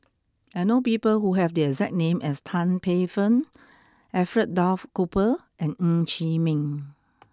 I know people who have the exact name as Tan Paey Fern Alfred Duff Cooper and Ng Chee Meng